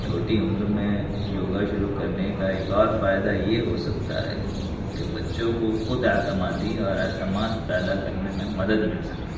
چھوٹی عمر میں یوگا شروع کرنے کا ایک اور فائدہ یہ ہو سکتا ہے کہ بچوں کو خود اعتمادی اور اعتماد پیدا کرنے میں مدد مل سکتی ہے